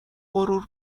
غرور